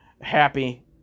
happy